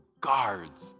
guards